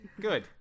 Good